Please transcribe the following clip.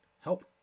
help